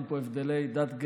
אין פה הבדלי דת,